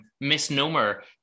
misnomer